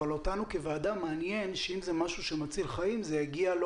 אבל אותנו כוועדה מעניין שאם זה משהו שמציל חיים זה יגיע לא